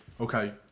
Okay